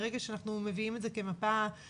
ברגע שאנחנו מביאים את זה כמפה רחבה,